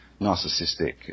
narcissistic